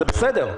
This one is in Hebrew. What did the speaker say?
זה בסדר.